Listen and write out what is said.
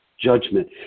judgment